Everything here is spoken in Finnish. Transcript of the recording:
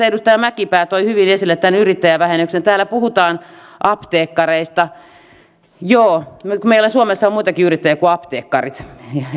edustaja mäkipää toi hyvin esille tämän yrittäjävähennyksen täällä puhutaan apteekkareista joo mutta kun meillä suomessa on muitakin yrittäjiä kuin apteekkarit